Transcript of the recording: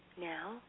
Now